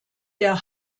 der